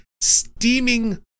steaming